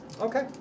Okay